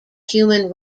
human